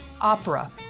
opera